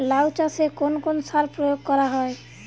লাউ চাষে কোন কোন সার প্রয়োগ করা হয়?